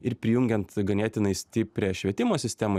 ir prijungiant ganėtinai stiprią švietimo sistemą